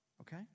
Okay